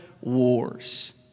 wars